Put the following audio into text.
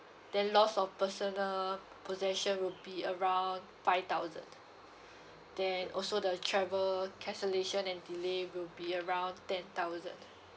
then loss of personal possession would be around five thousand then also the travel cancellation and delay will be around ten thousand